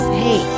hey